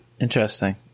Interesting